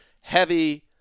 heavy